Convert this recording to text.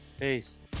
Peace